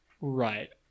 right